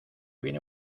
viene